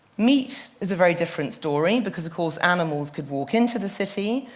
meat is a very different story because, of course, animals could walk into the city.